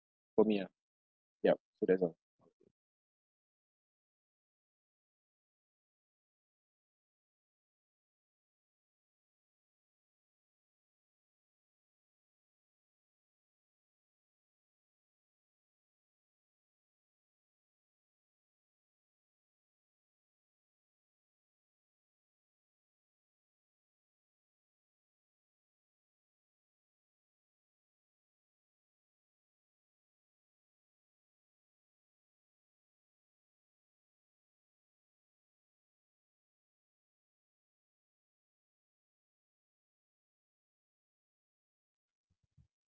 for me ah yup so that's all